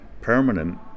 permanent